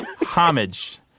homage